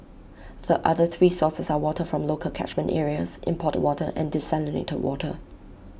the other three sources are water from local catchment areas imported water and desalinated water